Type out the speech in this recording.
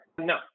No